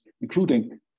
including